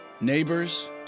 neighbors